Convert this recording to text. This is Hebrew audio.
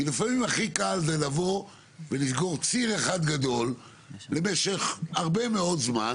כי לפעמים הכי קל זה לסגור ציר אחד גדול למשך הרבה מאוד זמן